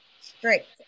strict